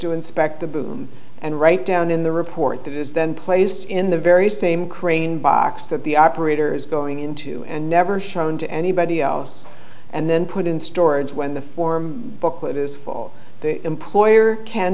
to inspect the boom and write down in the report that is then placed in the very same crane box that the operator is going into and never shown to anybody else and then put in storage when the form booklet is for the employer can